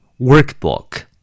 workbook